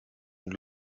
mit